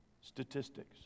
statistics